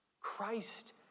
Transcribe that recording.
Christ